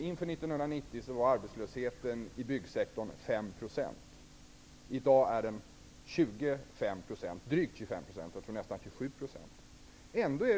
Inför 1990 var det 5 % arbetslöshet inom byggsektorn. I dag rör det sig om drygt 25 %-- ja, nästan 27 %, tror jag.